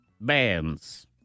bands